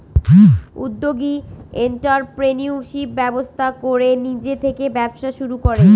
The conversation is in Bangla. উদ্যোগী এন্ট্ররপ্রেনিউরশিপ ব্যবস্থা করে নিজে থেকে ব্যবসা শুরু করে